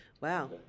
Wow